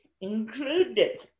included